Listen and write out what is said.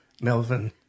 Melvin